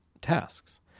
tasks